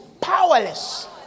Powerless